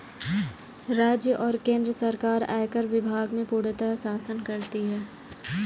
राज्य और केन्द्र सरकार आयकर विभाग में पूर्णतयः शासन करती हैं